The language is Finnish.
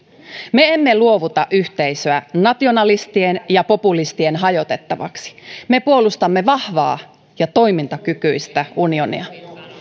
me emme luovuta yhteisöä nationalistien ja populistien hajotettavaksi me puolustamme vahvaa ja toimintakykyistä unionia